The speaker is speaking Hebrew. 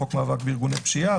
חוק מאבק בארגוני פשיעה,